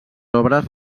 obres